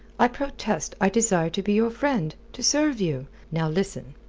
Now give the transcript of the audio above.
i protest i desire to be your friend to serve you. now, listen.